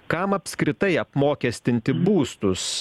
kam apskritai apmokestinti būstus